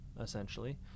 essentially